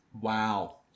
Wow